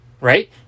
Right